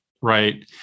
right